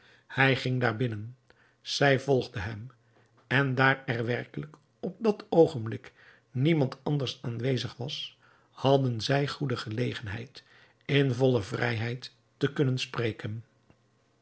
hij ging daar binnen zij volgde hem en daar er werkelijk op dat oogenblik niemand anders aanwezig was hadden zij goede gelegenheid in volle vrijheid te kunnen spreken